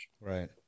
right